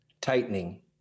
Tightening